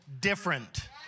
different